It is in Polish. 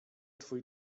twój